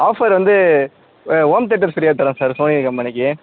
offer வந்து home theatre ஃப்ரீயா தரோம் சார் சோனி கம்பெனிக்கு